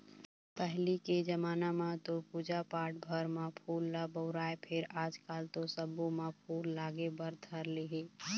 पहिली के जमाना म तो पूजा पाठ भर म फूल ल बउरय फेर आजकल तो सब्बो म फूल लागे भर धर ले हे